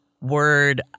word